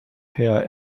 herr